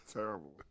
terrible